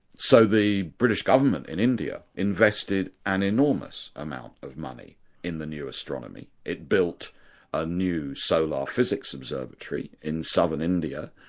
so the british government in india invested an enormous amount of money in the new astronomy. it built a new solar physics observatory in southern india,